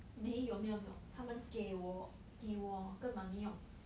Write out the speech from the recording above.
没有没有没有他们给我给我跟 mummy 用